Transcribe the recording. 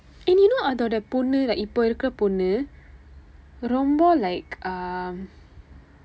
and you know அதோட பொண்ணு:athooda ponnu like இப்ப இருக்கிற பொண்ணு ரொம்ப:ippa irukkira ponnu rompa like um